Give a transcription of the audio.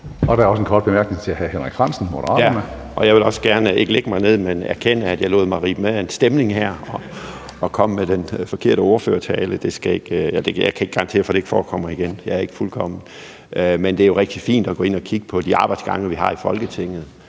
Henrik Frandsen, Moderaterne. Kl. 10:32 Henrik Frandsen (M): Jeg vil også gerne ikke lægge mig ned, men erkende, at jeg lod mig rive med af en stemning her og kom med den forkerte ordførertale. Jeg kan ikke garantere, at det ikke forekommer igen, jeg er ikke fuldkommen. Men det er jo rigtig fint at gå ind og kigge på de arbejdsgange, vi har i Folketinget,